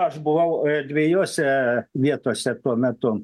aš buvau dviejose vietose tuo metu